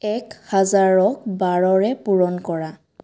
এক হাজাৰক বাৰৰে পূৰণ কৰা